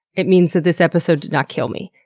it means that this episode did not kill me,